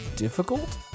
Difficult